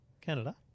Canada